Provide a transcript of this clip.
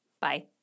Bye